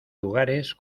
lugares